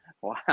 Wow